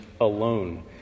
alone